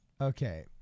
Okay